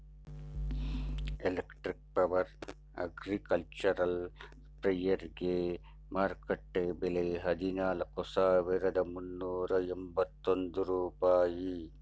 electric power agricultural ಸ್ಪ್ರೆಯರ್ಗೆ ಮಾರುಕಟ್ಟೆ ಬೆಲೆ ಹದಿನಾಲ್ಕು ಸಾವಿರದ ಮುನ್ನೂರ ಎಂಬತ್ತೊಂದು ರೂಪಾಯಿ